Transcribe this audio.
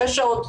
שש שעות,